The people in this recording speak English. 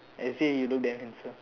I say you look damn handsome